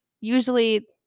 usually